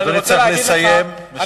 אבל אני רוצה להגיד לך,